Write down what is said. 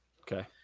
Okay